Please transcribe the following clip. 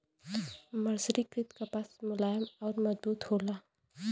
मर्सरीकृत कपास मुलायम आउर मजबूत होला